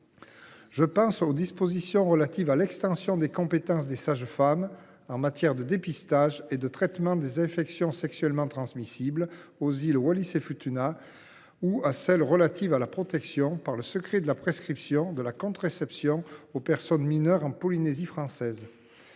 pour les dispositions portant extension des compétences des sages femmes en matière de dépistage et de traitement des infections sexuellement transmissibles aux îles Wallis et Futuna, mais aussi aux mesures relatives à la protection par le secret de la prescription de la contraception aux personnes mineures en Polynésie française.